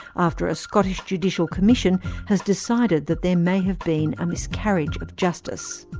after a scottish judicial commission has decided that there may have been a miscarriage of justice.